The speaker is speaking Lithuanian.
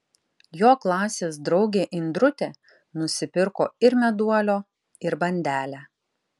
jo klasės draugė indrutė nusipirko ir meduolio ir bandelę